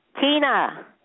Tina